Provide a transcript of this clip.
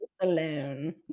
alone